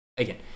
Again